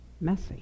messy